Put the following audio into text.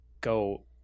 go